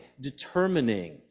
determining